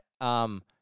um-